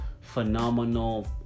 phenomenal